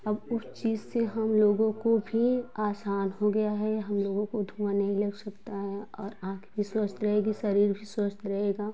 अब उस चीज़ से हम लोगों को भी आसान हो गया है हम लोगों को धुआँ नहीं लग सकता है और आँख भी स्वस्थ रहगी शरीर भी स्वस्थ रहगी